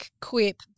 quip